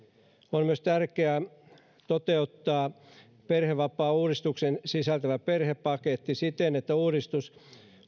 on myös tärkeää toteuttaa perhevapaauudistuksen sisältämä perhepaketti siten että uudistus